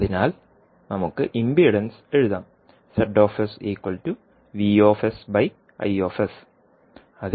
അതിനാൽ നമുക്ക് ഇംപിഡൻസ് എഴുതാം